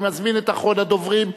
אני מזמין את אחרון הדוברים,